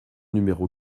numéro